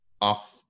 off